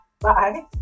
Bye